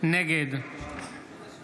נגד